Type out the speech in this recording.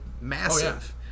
massive